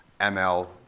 ML